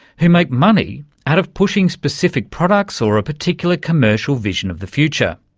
who make money out of pushing specific products or a particular commercial vision of the future.